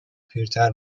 پیرتر